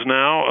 now